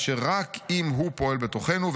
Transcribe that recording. אשר רק אם הוא פועל בתוכנו,